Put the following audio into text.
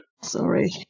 Sorry